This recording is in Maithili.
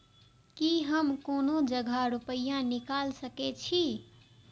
की हम कोनो जगह रूपया निकाल सके छी?